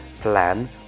plan